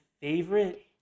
favorite